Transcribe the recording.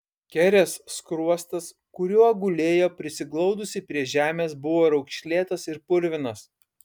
kerės skruostas kuriuo gulėjo prisiglaudusi prie žemės buvo raukšlėtas ir purvinas